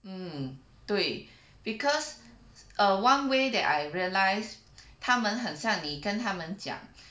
嗯对 because err one way that I realize 他们很像你跟他们讲